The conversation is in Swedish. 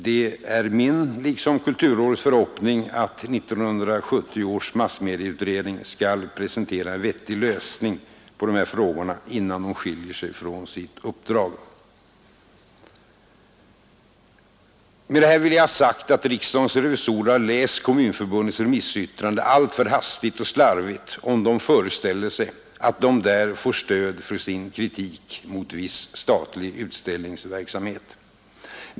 Det är min, liksom kulturrådets, förhoppning att 1970 års massmedieutredning skall presentera en vettig lösning på dessa frågor, innan den skiljer sig från sitt uppdrag. Med detta vill jag ha sagt att riksdagens revisorer har läst Kommunförbundets remissyttrande alltför hastigt och slarvigt, om de föreställer sig att de där får stöd för sin kritik mot viss statlig utställningsverksamhet.